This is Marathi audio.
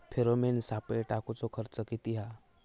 फेरोमेन सापळे टाकूचो खर्च किती हा?